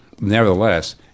nevertheless